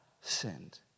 sinned